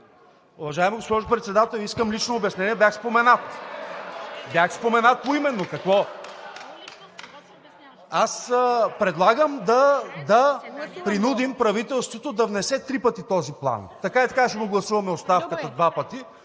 Уважаема госпожо Председател, искам лично обяснение. Бях споменат, бях споменат поименно. Аз предлагам да принудим правителството да внесе три пъти този план. (Смях от ГЕРБ-СДС.) Така и така ще му гласуваме оставката два пъти,